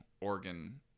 organ